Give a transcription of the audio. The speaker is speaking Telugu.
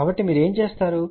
కాబట్టి మీరు ఏమి చేస్తారు